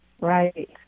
Right